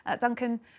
Duncan